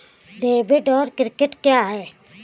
Debit और credit क्या है?